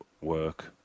work